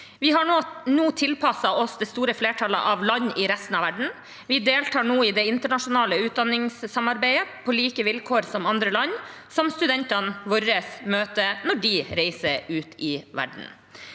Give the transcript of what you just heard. Vi har nå tilpasset oss det store flertallet av land i resten av verden. Vi deltar nå i det internasjonale utdanningssamarbeidet på samme vilkår som andre land som studentene våre møter når de reiser ut i verden.